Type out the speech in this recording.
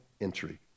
entry